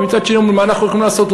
ומצד שני אומרים: מה אנחנו יכולים לעשות,